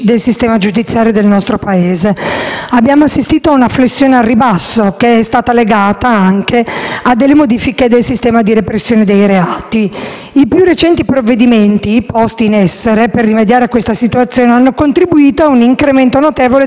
Abbiamo assistito ad una flessione al ribasso, che è stata legata anche a delle modifiche del sistema di repressione dei reati. I più recenti provvedimenti posti in essere per rimediare a questa situazione hanno contribuito ad un incremento notevole del numero di condannati, cui